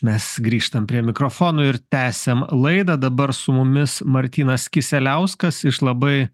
mes grįžtam prie mikrofono ir tęsiam laidą dabar su mumis martynas kisieliauskas iš labai